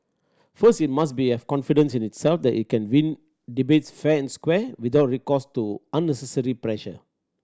first it must be have confidence in itself that it can win debates fair and square without recourse to unnecessary pressure